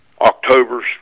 octobers